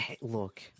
Look